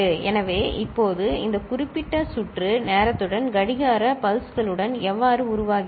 எனவே இப்போது இந்த குறிப்பிட்ட சுற்று நேரத்துடன் கடிகார பல்ஸ்களுடன் எவ்வாறு உருவாகிறது